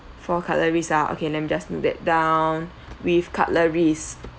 four cutleries ah okay let me just note that down with cutleries